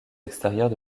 extérieurs